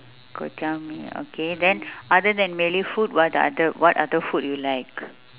kway-teow mee okay then other than malay food what other what other food you like